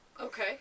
Okay